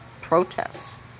protests